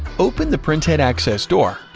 open the printhead access door,